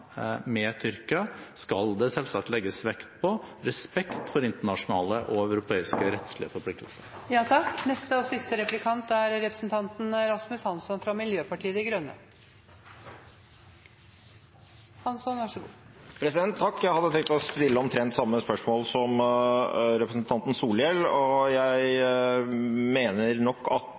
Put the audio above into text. med Tyrkia skal det selvsagt legges vekt på respekt for internasjonale og europeiske rettslige forpliktelser. Jeg hadde tenkt å stille omtrent samme spørsmål som representanten Solhjell. Jeg mener nok at vi må fortsette diskusjonen i Stortinget om det ikke helt klare svaret vi fikk fra utenriksministeren på det spørsmålet. Jeg